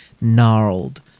gnarled